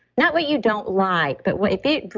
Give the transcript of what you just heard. not what you don't like. but what if they.